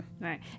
Right